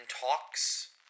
talks